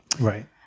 Right